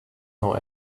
know